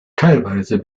teilweise